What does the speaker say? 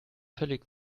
völlig